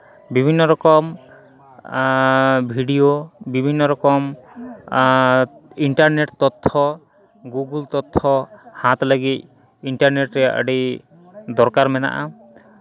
ᱵᱤᱵᱷᱤᱱᱱᱚ ᱨᱚᱠᱚᱢ ᱵᱷᱤᱰᱤᱭᱳ ᱵᱤᱵᱷᱤᱱᱱᱚ ᱨᱚᱠᱚᱢ ᱤᱱᱴᱟᱨᱱᱮᱹᱴ ᱛᱚᱛᱛᱷᱚ ᱜᱩᱜᱚᱞ ᱛᱚᱛᱛᱷᱚ ᱦᱟᱛᱟᱣ ᱞᱟᱹᱜᱤᱫ ᱤᱱᱴᱟᱨᱱᱮᱹᱴ ᱨᱮᱭᱟᱜ ᱟᱹᱰᱤ ᱫᱚᱨᱠᱟᱨ ᱢᱮᱱᱟᱜᱼᱟ